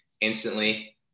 instantly